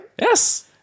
Yes